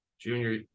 Junior